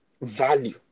Value